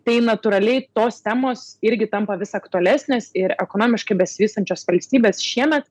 tai natūraliai tos temos irgi tampa vis aktualesnės ir ekonomiškai besivystančios valstybės šiemet